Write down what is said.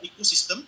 ecosystem